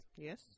Yes